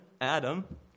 Adam